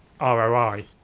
ROI